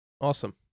Awesome